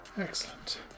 Excellent